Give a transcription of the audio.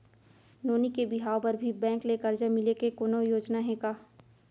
नोनी के बिहाव बर भी बैंक ले करजा मिले के कोनो योजना हे का?